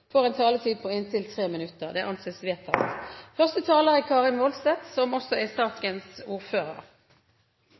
får en taletid på inntil 3 minutter. – Det anses vedtatt. Markedsføringsloven § 18 første ledd inneholder en bestemmelse som forbyr kjøpsbetingede konkurranser, og denne bestemmelsen er